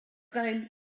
gain